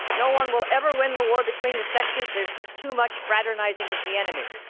no one will ever win the war between the sexes. there's just too much fraternizing with the enemy.